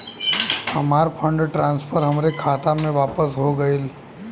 हमार fund transfer हमरे खाता मे वापस हो गईल